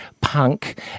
punk